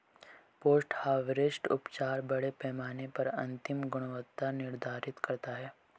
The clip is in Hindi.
पोस्ट हार्वेस्ट उपचार बड़े पैमाने पर अंतिम गुणवत्ता निर्धारित करता है